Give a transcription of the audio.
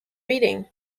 reading